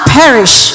perish